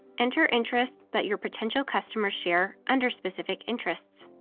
enter interests that your potential customers share under specific interests.